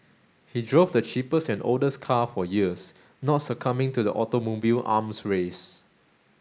he drove the cheapest and oldest car for years not succumbing to the automobile arms race